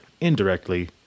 indirectly